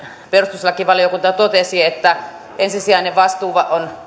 perustuslakivaliokunta totesi että ensisijainen vastuu